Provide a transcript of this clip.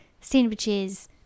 sandwiches